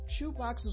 shoeboxes